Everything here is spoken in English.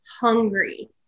hungry